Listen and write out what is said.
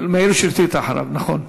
מאיר שטרית אחריו, נכון.